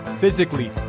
physically